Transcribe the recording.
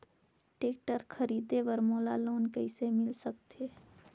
Tractor खरीदे बर मोला लोन कइसे मिल सकथे?